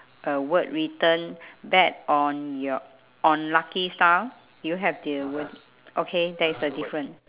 a word written bet on your on lucky star do you have the wordi~ okay there is a difference